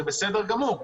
זה בסדר גמור.